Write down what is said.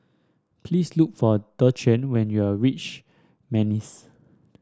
please look for Dequan when you reach Manis